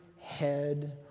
head